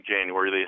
January